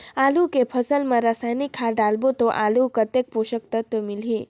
आलू के फसल मा रसायनिक खाद डालबो ता आलू कतेक पोषक तत्व मिलही?